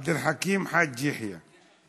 עבד אל חכים חאג' יחיא.